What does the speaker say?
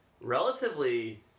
relatively